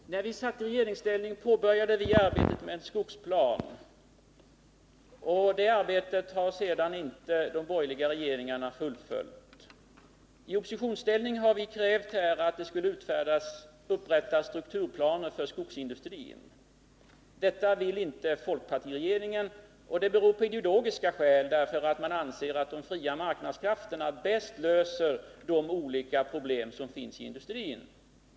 Herr talman! När vi satt i regeringsställning påbörjade vi arbetet med en skogsplan. Det arbetet har de borgerliga regeringarna inte fullföljt. I oppositionsställning har vi krävt att strukturplaner skulle upprättas för skogsindustrin. Detta vill folkpartiregeringen inte göra av ideologiska skäl; man anser att de fria marknadskrafterna bäst löser de olika problem som finns i industrin.